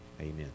Amen